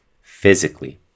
physically